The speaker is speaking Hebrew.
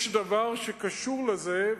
יש דבר שקשור לזה,